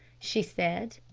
she said.